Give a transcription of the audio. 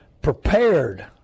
prepared